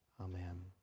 Amen